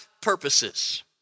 purposes